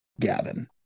Gavin